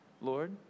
Lord